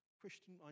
Christian